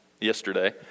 yesterday